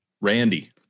Randy